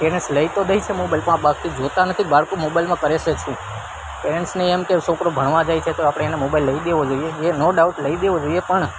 parents લઈ તો દે છે મોબાઈલ પણ બાકી જોતાં નથી બાળકો મોબાઈલમાં કરે છે શું પેરેન્સને એમ કે છોકરો ભણવા જાય છે તો આપણે એને મોબાઈલ લઈ દેવો જોઈએ એ નો ડાઉટ લઈ દેવો જોઈએ પણ